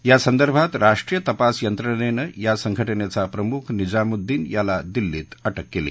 या संदर्भात राष्ट्रीय तपास यंत्रणेनं या संघटनेचा प्रमुख निझामुद्दीन याला दिल्लीत अटक केली